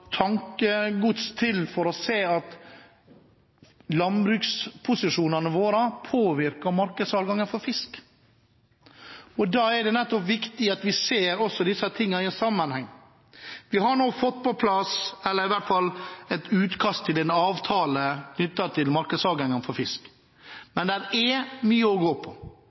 til for å se at landbruksposisjonene våre har påvirket markedsadgangen for fisk. Da er det nettopp viktig at vi også ser disse tingene i en sammenheng. Vi har nå fått på plass i hvert fall et utkast til en avtale knyttet til markedsadgangen for fisk, men det er mye å gå på.